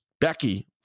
Becky